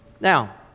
Now